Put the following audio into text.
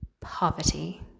poverty